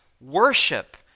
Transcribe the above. worship